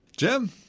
Jim